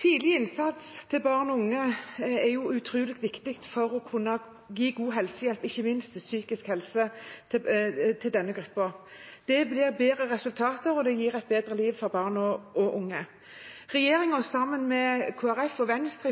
Tidlig innsats overfor barn og unge er utrolig viktig for å kunne gi god helsehjelp, ikke minst psykisk helsehjelp til denne gruppen. Det gir bedre resultater, og det gir et bedre liv for barn og unge. Sammen med Kristelig